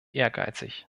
ehrgeizig